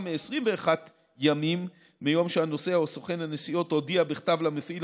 מ-21 ימים מיום שהנוסע או סוכן הנסיעות הודיע בכתב למפעיל